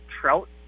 trout